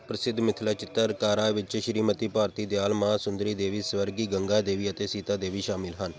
ਪ੍ਰਸਿੱਧ ਮਿਥਿਲਾ ਚਿੱਤਰਕਾਰਾਂ ਵਿੱਚ ਸ਼੍ਰੀਮਤੀ ਭਾਰਤੀ ਦਿਆਲ ਮਹਾਸੁੰਦਰੀ ਦੇਵੀ ਸਵਰਗੀ ਗੰਗਾ ਦੇਵੀ ਅਤੇ ਸੀਤਾ ਦੇਵੀ ਸ਼ਾਮਲ ਹਨ